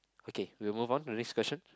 okay we'll move on to the next question